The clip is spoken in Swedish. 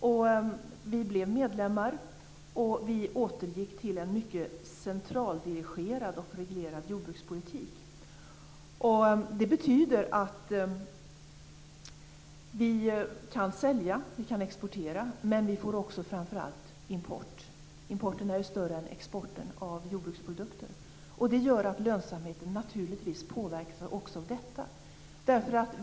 Sverige blev EU-medlem, och vi återgick till en mycket centraldirigerad och reglerad jordbrukspolitik. Vi kan exportera men kan framför allt importera. Importen av jordbruksprodukter är ju större än exporten. Lönsamheten påverkas naturligtvis också av detta.